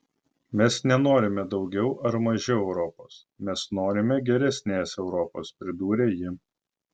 mes nenorime daugiau ar mažiau europos mes norime geresnės europos pridūrė ji